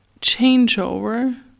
changeover